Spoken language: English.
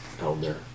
elder